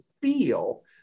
feel